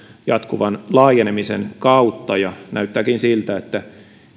jatkuvan laajenemisen kautta ja näyttääkin siltä että